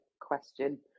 question